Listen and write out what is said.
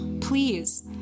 please